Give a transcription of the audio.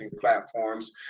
platforms